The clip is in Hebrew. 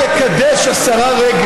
במקום להילחם בשביל עם ישראל,